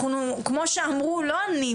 כמו שאמרו לא אני,